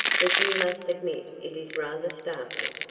but you must admit it is rather startling.